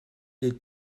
les